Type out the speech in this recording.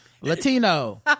Latino